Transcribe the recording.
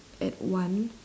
at one